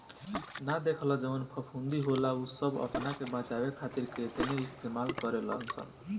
ना देखल जवन फफूंदी होला उ सब आपना के बचावे खातिर काइतीने इस्तेमाल करे लसन